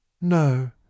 No